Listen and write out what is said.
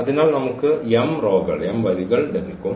അതിനാൽ നമുക്ക് ഈ m വരികൾ ലഭിക്കും